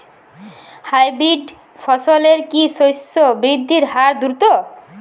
Hybrid ফসলের কি শস্য বৃদ্ধির হার দ্রুত?